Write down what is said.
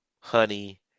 Honey